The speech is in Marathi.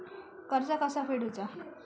कर्ज कसा फेडुचा?